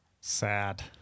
Sad